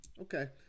Okay